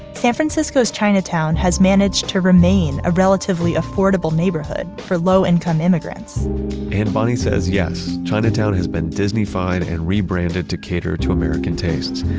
san francisco's chinatown has managed to remain a relatively affordable neighborhood for low-income immigrants and bonnie says, yes, chinatown has been disney-fied and rebranded to cater to american taste,